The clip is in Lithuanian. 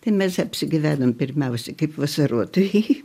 tai mes apsigyvenom pirmiausia kaip vasarotojai